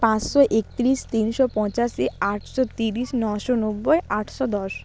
পাঁচশো একতিরিশ তিনশো পঁচাশি আটশো তিরিশ নশো নব্বই আটশো দশ